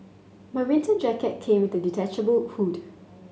my winter jacket came with detachable hood